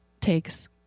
takes